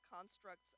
constructs